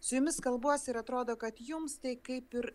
su jumis kalbuosi ir atrodo kad jums tai kaip ir